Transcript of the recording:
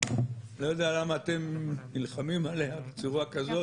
לא יודע למה אתם נלחמים עליה בצורה כזאת.